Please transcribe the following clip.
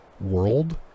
world